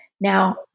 Now